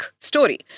story